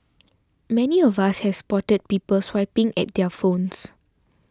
many of us has spotted people swiping at their phones